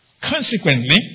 Consequently